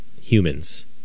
humans